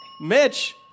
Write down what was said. Mitch